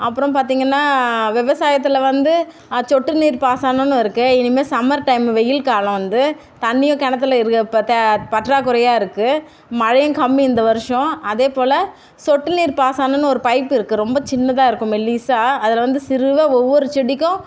அப்புறம் பார்த்திங்கன்னா விவசாயத்தில் வந்து சொட்டு நீர் பாசனம்னு இருக்குது இனிமே சம்மர் டைம் வெயில் காலம் வந்து தண்ணியும் கிணத்துல இருக்கற பார்த்தா பற்றாக்குறையாக இருக்குது மழையும் கம்மி இந்த வருடம் அதேப்போல் சொட்டு நீர் பாசனம்னு ஒரு பைப்பு இருக்குது ரொம்ப சின்னதாக இருக்கும் மெல்லிசாக அதில் வந்து சிறுவ ஒவ்வொரு செடிக்கும்